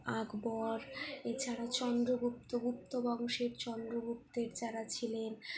আকবর এছাড়াও চন্দ্রগুপ্ত গুপ্ত বংশের চন্দ্রগুপ্তের যারা ছিলেন